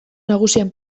nagusian